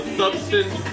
substance